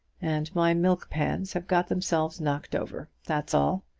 and my milk pans have got themselves knocked over. that's all.